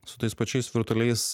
su tais pačiais virtualiais